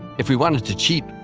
if we wanted to cheat,